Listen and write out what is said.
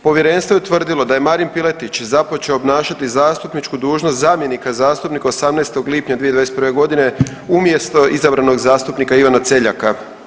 Povjerenstvo je utvrdilo da je Marin Piletić započeo obnašati zastupničku dužnost zamjenika zastupnika 18. lipnja 2021. godine u mjesto izabranog zastupnika Ivana Celjaka.